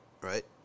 Right